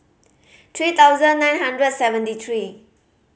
three thousand nine hundred seventy three